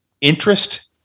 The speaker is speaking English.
interest